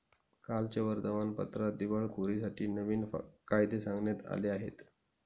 कालच्या वर्तमानपत्रात दिवाळखोरीसाठी नवीन कायदे सांगण्यात आले आहेत